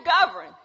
govern